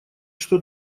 что